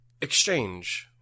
exchange